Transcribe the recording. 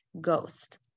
ghost